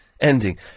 ending